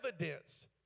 evidence